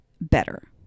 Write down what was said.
better